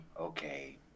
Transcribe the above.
okay